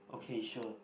okay sure